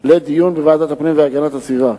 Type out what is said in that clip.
לדיון בוועדת הפנים והגנת הסביבה.